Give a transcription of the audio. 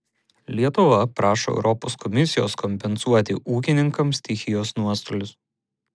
lietuva prašo europos komisijos kompensuoti ūkininkams stichijos nuostolius